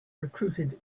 recruited